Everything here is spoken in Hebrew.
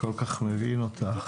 אני כל כך מבין אותך.